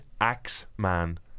axeman